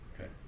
Okay